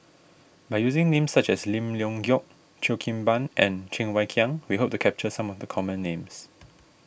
by using names such as Lim Leong Geok Cheo Kim Ban and Cheng Wai Keung we hope to capture some of the common names